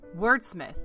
Wordsmith